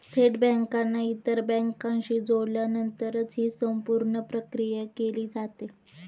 थेट बँकांना इतर बँकांशी जोडल्यानंतरच ही संपूर्ण प्रक्रिया केली जाते